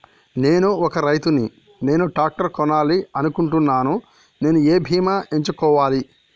నేను ఒక రైతు ని నేను ట్రాక్టర్ కొనాలి అనుకుంటున్నాను నేను ఏ బీమా ఎంచుకోవాలి?